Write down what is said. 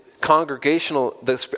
congregational